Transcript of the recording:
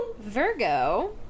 Virgo